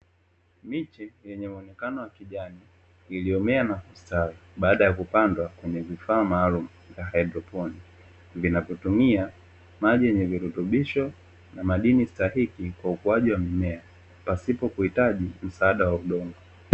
Miche yenye muonekano wa kijani iliyomea na kustawi baada ya kupandwa kwenye vifaa maalum vya haidroponi, vinavotumia maji yenye virutubisho na madini stahiki kwa ukuaji wa mimea pasipo kuhitaji msaada wa udongo.